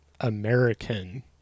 American